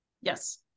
Yes